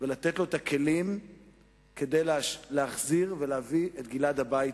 ולתת להם את הכלים כדי להחזיר ולהביא את גלעד הביתה.